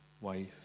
wife